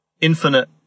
infinite